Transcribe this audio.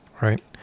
Right